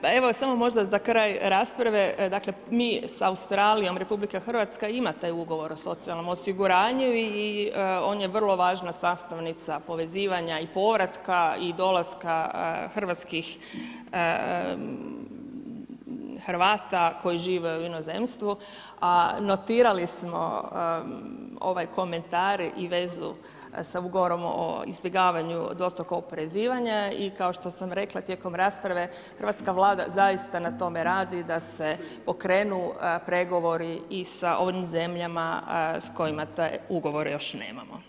Pa evo samo možda za kraj rasprave, dakle, mi sa Australijom, RH ima taj ugovor o socijalnom osiguranju i on je vrlo važna sastavnica povezivanja i povratka i dolaska hrvatskih Hrvata koji žive u inozemstvu a notirali smo ovaj komentar i vezu sa ugovorom o izbjegavanju dvostrukog oporezivanja i kao što sam rekla tijekom rasprave, hrvatska Vlada zaista na tome radi da se okrenu pregovori i sa onim zemljama s kojima taj ugovor još nemamo.